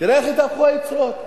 תראה איך התהפכו היוצרות.